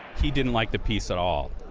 he didn't like the piece at all.